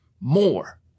more